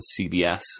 CBS